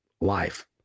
life